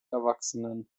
erwachsenen